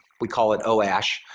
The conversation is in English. we call it oash,